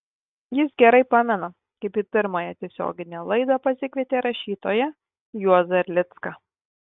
jis gerai pamena kaip į pirmąją tiesioginę laidą pasikvietė rašytoją juozą erlicką